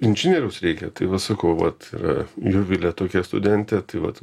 inžinieriaus reikia tai va sakau vat yra jovilė tokia studentė tai vat